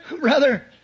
Brother